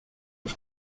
was